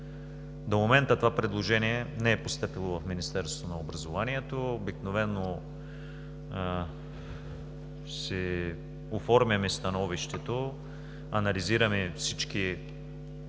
До момента това предложение не е постъпило в Министерството на образованието. Обикновено си оформяме становището, анализираме всички